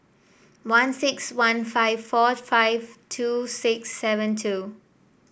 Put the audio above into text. one six one five four five two six seven two